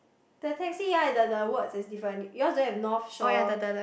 the taxi ya the the words is different yours don't have North Shore